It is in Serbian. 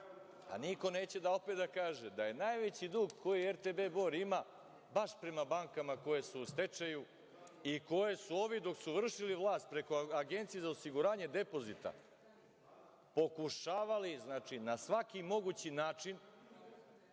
niko neće da kaže da je najveći dug koji RTB Bor ima baš prema bankama koje su u stečaju i koje su, dok su ovi vršili vlast, preko Agencije za osiguranje depozita, pokušavali na svaki mogući način